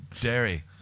dairy